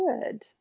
Good